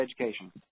education